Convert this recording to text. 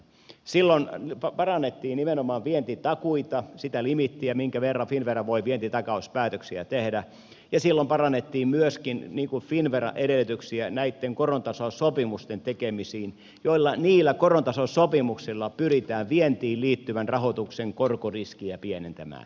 silloin parannettiin nimenomaan vientitakuita sitä limiittiä minkä verran finnvera voi vientitakauspäätöksiä tehdä ja silloin parannettiin myöskin finnveran edellytyksiä näitten korontasaussopimusten tekemisiin joilla pyritään vientiin liittyvän rahoituksen korkoriskiä pienentämään